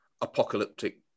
apocalyptic